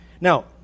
Now